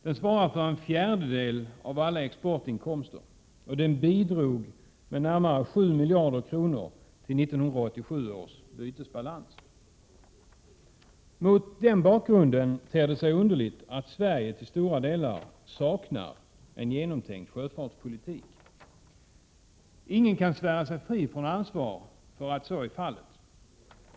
Den svarar nämligen för en fjärdedel av alla exportinkomster och den bidrog med närmare 7 miljarder kronor i 1987 års bytesbalans. Mot den bakgrunden ter det sig underligt att Sverige till stora delar saknar en genomtänkt sjöfartspolitik. Ingen kan svära sig fri från ansvaret för att så är fallet.